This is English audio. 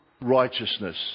righteousness